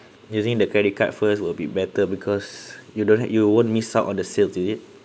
using the credit card first will be better because you don't have you won't miss out on the sales is it